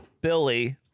Billy